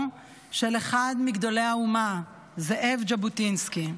של אחד מגדולי האומה זאב ז'בוטינסקי.